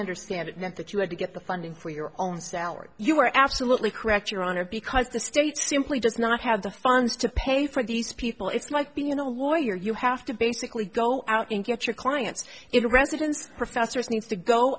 understand it meant that you had to get the funding for your own salary you were absolutely correct your honor because the state simply does not have the funds to pay for these people it's like being you know lawyer you have to basically go out and get your clients in residence professors needs to go